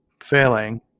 failing